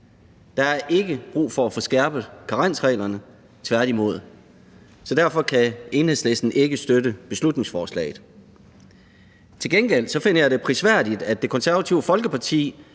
Der er ikke brug for at få skærpet karensreglerne, tværtimod. Så derfor kan Enhedslisten ikke støtte beslutningsforslaget. Til gengæld finder jeg det prisværdigt, at Det Konservative Folkeparti